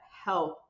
help